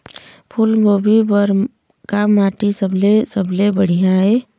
फूलगोभी बर का माटी सबले सबले बढ़िया ये?